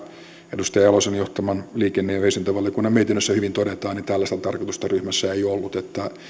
edustaja jalosen johtaman liikenne ja viestintävaliokunnan mietinnössä hyvin todetaan tällaista tarkoitusta ryhmässä ei ollut eli